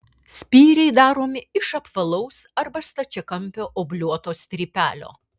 spyriai daromi iš apvalaus arba stačiakampio obliuoto strypelio